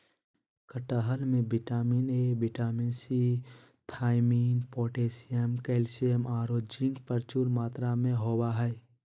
कटहल में vitamin A, vitamin C, thiamine, potassium, calcium औरो जिंक प्रचुर मात्रा में होबा हइ